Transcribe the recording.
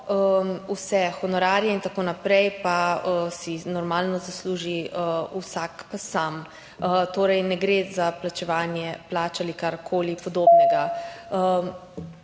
vse honorarje in tako naprej pa normalno zasluži vsak sam. Torej ne gre za plačevanje plač ali karkoli podobnega.